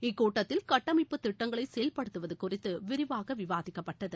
இக்கூட்டத்தில் கட்டமைப்புத் திட்டங்களை செயல்படுத்துவது குறித்து விரிவாக விவாதிக்கப்பட்டது